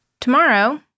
Tomorrow